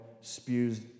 spews